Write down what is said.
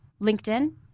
LinkedIn